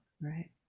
right